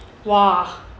!wah!